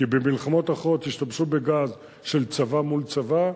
כי במלחמות אחרות השתמשו בגז של צבא מול צבא,